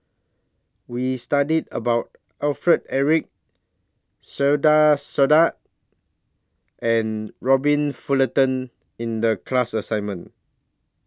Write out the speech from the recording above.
We studied about Alfred Eric Saiedah Said and Robert Fullerton in The class assignment